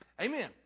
Amen